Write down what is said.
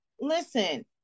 listen